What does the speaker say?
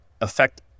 affect